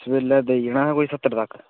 इसलै पेई जाना हा कोई स्हत्तर लक्ख